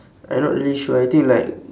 I not really sure I think like